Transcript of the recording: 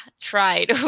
tried